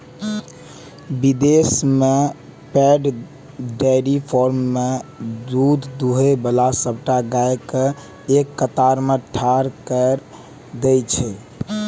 विदेश मे पैघ डेयरी फार्म मे दूध दुहै बला सबटा गाय कें एक कतार मे ठाढ़ कैर दै छै